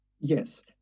Yes